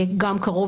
גם קרוב